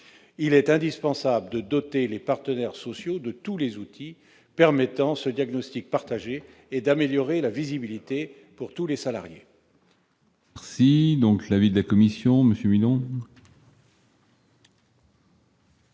Il est indispensable de doter les partenaires sociaux de tous les outils permettant ce diagnostic partagé et d'améliorer la visibilité de tous les salariés.